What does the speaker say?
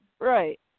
Right